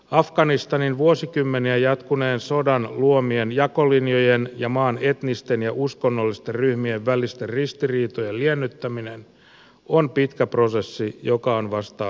afganistanin vuosikymmeniä jatkuneen sodan luomien jakolinjojen ja maan etnisten ja uskonnollisten ryhmien välisten ristiriitojen liennyttäminen on pitkä prosessi joka on vasta alkamassa